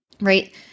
right